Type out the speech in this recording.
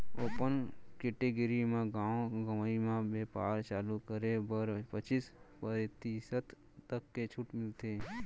open category म गाँव गंवई म बेपार चालू करे बर पचीस परतिसत तक के छूट मिलथे